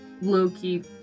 low-key